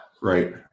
Right